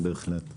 בהחלט.